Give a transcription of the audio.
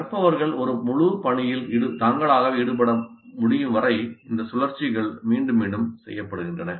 கற்பவர்கள் ஒரு முழு பணியில் தாங்களாகவே ஈடுபட முடியும் வரை இந்த சுழற்சிகள் மீண்டும் மீண்டும் செய்யப்படுகின்றன